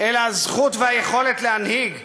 אלא הזכות והיכולת להנהיג.